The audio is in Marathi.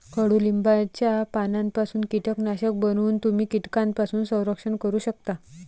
कडुलिंबाच्या पानांपासून कीटकनाशक बनवून तुम्ही कीटकांपासून संरक्षण करू शकता